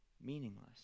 meaningless